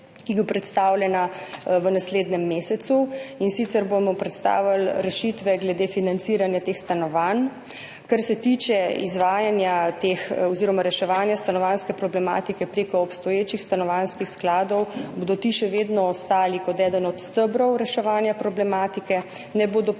ki bo predstavljena v naslednjem mesecu. In sicer bomo predstavili rešitve glede financiranja teh stanovanj. Kar se tiče izvajanja oziroma reševanja stanovanjske problematike prek obstoječih stanovanjskih skladov, bodo ti še vedno ostali kot eden od stebrov reševanja problematike, ne bodo